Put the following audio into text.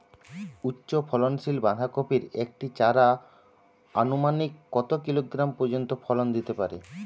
উচ্চ ফলনশীল বাঁধাকপির একটি চারা আনুমানিক কত কিলোগ্রাম পর্যন্ত ফলন দিতে পারে?